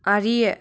அறிய